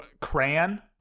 crayon